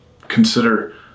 consider